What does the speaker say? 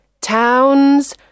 towns